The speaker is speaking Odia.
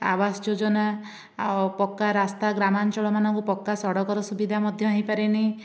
ଆବାସ ଯୋଜନା ଆଉ ପକ୍କା ରାସ୍ତା ଗ୍ରାମାଞ୍ଚଳମାନଙ୍କୁ ପକ୍କା ସଡ଼କର ସୁବିଧା ମଧ୍ୟ ହୋଇପାରିନି